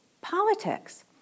politics